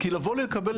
כי לבוא לקבל,